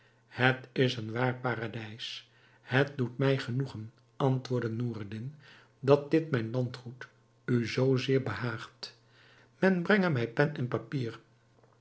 het is een waar paradijs het doet mij genoegen antwoordde noureddin dat dit mijn landgoed u zoo zeer behaagt men brenge mij pen en papier